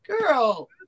Girl